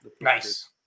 Nice